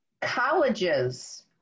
Colleges